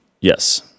Yes